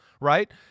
right